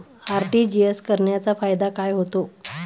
RTGS करण्याचा फायदा काय होतो?